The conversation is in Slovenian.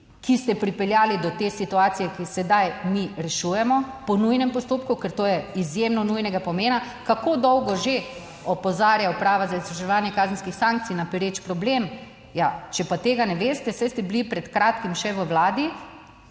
ki ste pripeljali do te situacije, ki jo sedaj mi rešujemo po nujnem postopku, ker to je izjemno nujnega pomen. Kako dolgo že opozarja Uprava za izvrševanje kazenskih sankcij na pereč problem? Ja, če pa tega ne veste, saj ste bili pred kratkim še v vladi,